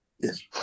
Yes